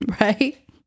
Right